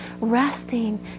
resting